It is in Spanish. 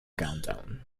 countdown